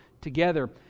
together